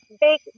big